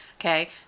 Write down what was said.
okay